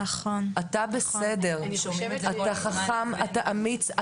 אתה בסדר, אתה חכם ואמיץ.